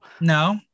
No